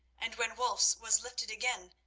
and when wulf's was lifted again,